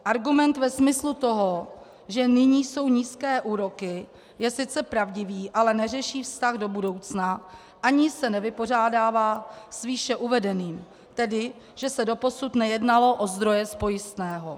Argument ve smyslu toho, že nyní jsou nízké úroky, je sice pravdivý, ale neřeší stav do budoucna ani se nevypořádává s výše uvedeným, tedy že se doposud nejednalo o zdroje z pojistného.